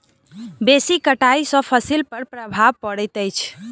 बेसी कटाई सॅ फसिल पर प्रभाव पड़ैत अछि